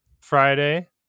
Friday